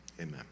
amen